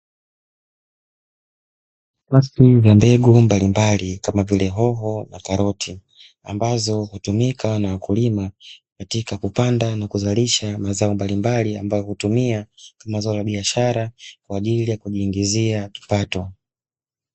Pakiti zenye mbegu mbalimbali kama vile hoho na karoti ambazo hutumika na wakulima katika kupanda na kuzalisha mazao mbalimbali ambayo hutumia kama zao la biashara kwajili ya kujiingizia kipato.